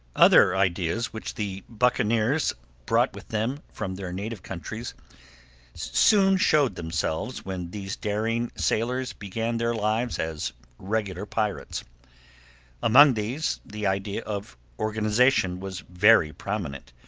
other ideas which the buccaneers brought with them from their native countries soon showed themselves when these daring sailors began their lives as regular pirates among these, the idea of organization was very prominent.